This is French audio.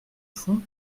fond